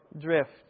drift